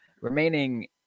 Remaining